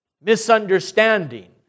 misunderstanding